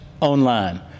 Online